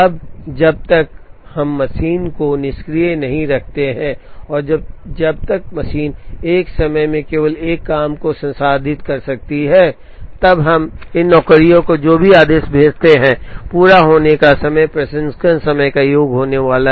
अब जब तक हम मशीन को निष्क्रिय नहीं रखते हैं और जब तक मशीन एक समय में केवल एक काम को संसाधित कर सकती है तब तक हम इन नौकरियों को जो भी आदेश भेजते हैं पूरा होने का समय प्रसंस्करण समय का योग होने वाला है